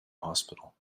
hospital